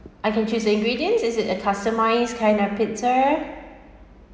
I can choose the ingredients is it a customised kind of pizza